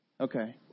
Okay